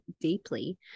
deeply